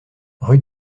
rue